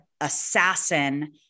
assassin